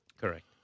Correct